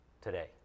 today